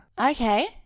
Okay